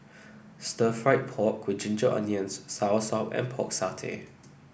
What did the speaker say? Stir Fried Pork with Ginger Onions Soursop and Pork Satay